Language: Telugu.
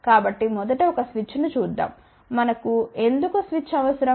కాబట్టి మొదట ఒక స్విచ్ను చూద్దాం మనకు ఎందుకు స్విచ్ అవసరం